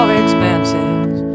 expenses